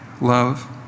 love